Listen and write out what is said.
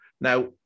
Now